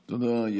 תודה.